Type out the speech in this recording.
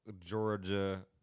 Georgia